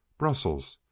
brussels.